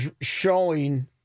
showing